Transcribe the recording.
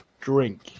drink